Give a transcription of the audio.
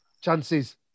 chances